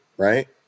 Right